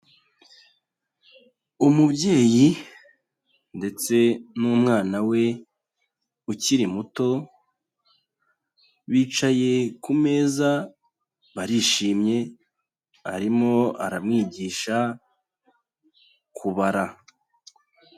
Umubyeyi ndetse n'umwana we ukiri muto, bicaye ku meza barishimye arimo aramwigisha kubara.